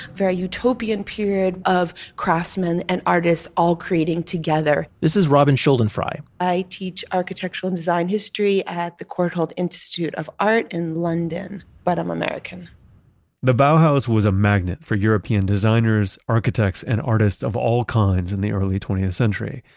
very utopian period of craftsmen and artists all creating together this is robin schuldenfrei i teach architectural and design history at the courtauld institute of art in london, but i'm american the bauhaus was a magnet for european designers, architects, and artists of all kinds in the early twentieth century,